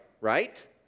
Right